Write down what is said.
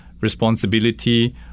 responsibility